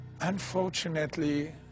Unfortunately